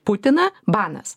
putiną banas